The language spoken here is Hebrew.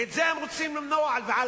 האלה כדי להשתלב בתנועה בכביש 65,